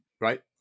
Right